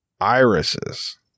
irises